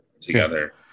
together